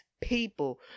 people